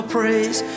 praise